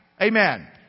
Amen